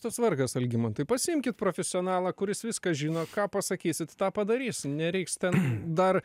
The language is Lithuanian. tas vargas algimantai pasiimkit profesionalą kuris viską žino ką pasakysit tą padarys nereiks ten dar